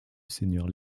seigneur